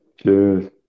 Cheers